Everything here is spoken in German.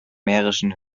mährischen